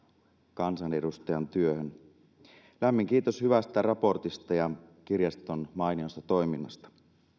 kansanedustajan työhön lämmin kiitos hyvästä raportista ja kirjaston mainiosta toiminnasta